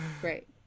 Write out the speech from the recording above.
Great